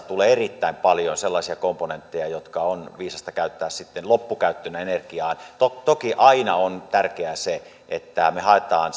tulee erittäin paljon sellaisia komponentteja jotka on viisasta käyttää loppukäyttönä energiaan toki toki aina on tärkeää se että me haemme